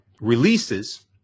releases